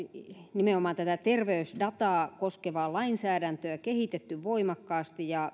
nimenomaan terveysdataa koskevaa lainsäädäntöä kehitetty voimakkaasti ja